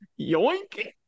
yoink